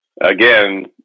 again